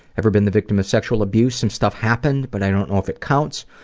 ever been the victim of sexual abuse some stuff happened but i don't know if it counts.